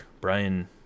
Brian